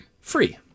free